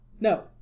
No